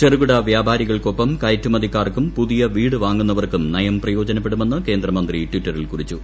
ചെറുകിട വ്യാപാരികൾക്കൊപ്പം കയറ്റുമതിക്കാർക്കും പുതിയ വീട് വാങ്ങുന്നവർക്കും നയം പ്രയോജനപ്പെടുമെന്ന് കേന്ദ്രമന്ത്രി ട്വിറ്ററിൽ കുറിച്ചു